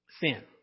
sin